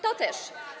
To też.